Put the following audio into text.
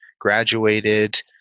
graduated